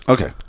Okay